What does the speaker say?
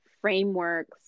frameworks